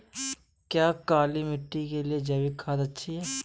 क्या काली मिट्टी के लिए जैविक खाद अच्छी है?